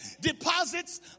deposits